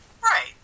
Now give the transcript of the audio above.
Right